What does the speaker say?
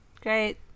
great